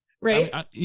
right